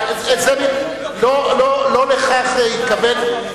אבל לא לכך התכוון,